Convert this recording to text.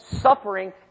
suffering